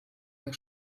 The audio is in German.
der